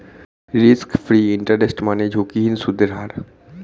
risk free interest মানে ঝুঁকিহীন সুদের হার